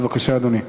בבקשה, אדוני.